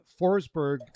Forsberg